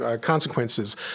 consequences